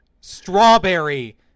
Strawberry